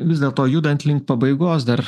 vis dėlto judant link pabaigos dar